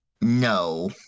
No